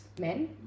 men